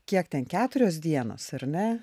kiek ten keturios dienos ar ne